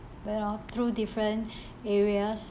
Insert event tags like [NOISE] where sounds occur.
there are two different [BREATH] areas